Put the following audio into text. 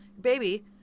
Baby